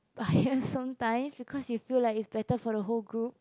biased sometimes because you feel like it's better for the whole group